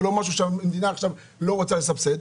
ולא משהו שהמדינה עכשיו לא רוצה לסבסד?